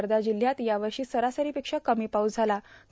वधा जिल्ह्यात यावर्षा सरासरोपेक्षा कमी पाऊस झालायं